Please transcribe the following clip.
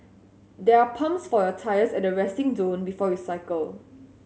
they are pumps for your tyres at the resting zone before you cycle